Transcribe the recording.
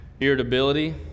irritability